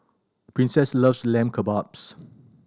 Princess loves Lamb Kebabs